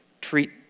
treat